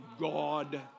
God